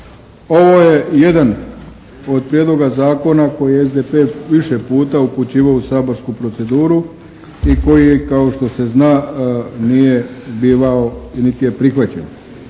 Ovo je jedan od prijedloga zakona koji je SDP više puta upućivao u saborsku proceduru i koji je kao što se zna nije bivao, niti je prihvaćen.